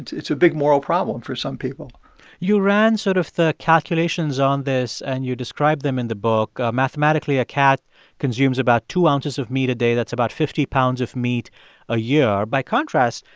it's a big moral problem for some people you ran sort of the calculations on this, and you described them in the book. mathematically, a cat consumes about two ounces of meat a day. that's about fifty pounds of meat a year. by contrast,